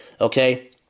okay